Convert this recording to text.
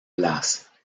places